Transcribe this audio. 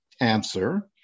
answer